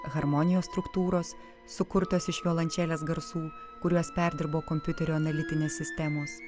harmonijos struktūros sukurtos iš violončelės garsų kuriuos perdirbo kompiuterių analitinės sistemos